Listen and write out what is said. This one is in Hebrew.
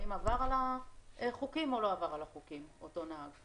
האם עבר על החוקים או לא עבר על החוקים אותו נהג.